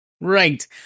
right